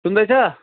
सुन्दै छ